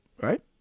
Right